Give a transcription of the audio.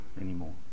anymore